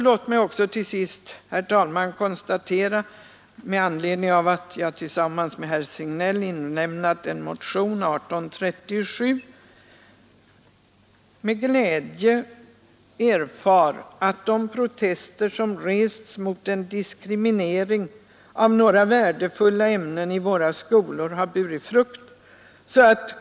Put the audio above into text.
Låt mig också till sist med glädje konstatera — med anledning av att jag tillsammans med herr Signell har väckt motionen 1837 — att de protester som rests mot en diskriminering av några värdefulla ämnen i våra skolor har burit frukt.